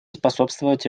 способствовать